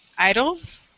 Idols